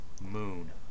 Moon